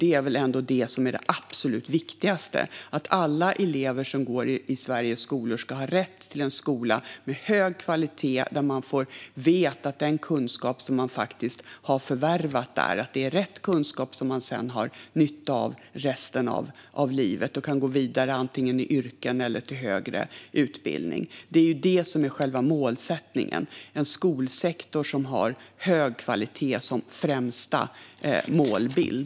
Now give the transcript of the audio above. Det är väl ändå detta som är det absolut viktigaste - att alla elever som går i Sveriges skolor ska ha rätt till en skola av hög kvalitet, där man får veta att man förvärvar rätt kunskap som man sedan har nytta av resten av livet och kan gå vidare antingen i yrken eller till högre utbildning. Det är ju detta som är själva målsättningen: en skolsektor som har hög kvalitet som främsta målbild.